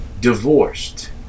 divorced